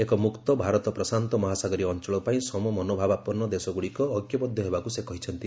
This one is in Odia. ଏକ ମୁକ୍ତ ଭାରତ ପ୍ରଶାନ୍ତ ମହାସାଗରୀୟ ଅଞ୍ଚଳ ପାଇଁ ସମମନୋଭାବାପନ୍ନ ଦେଶଗୁଡ଼ିକ ଐକ୍ୟବଦ୍ଧ ହେବାକୁ ସେ କହିଛନ୍ତି